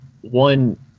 one